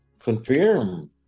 Confirm